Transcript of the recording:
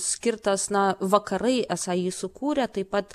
skirtas na vakarai esą jį sukūrė taip pat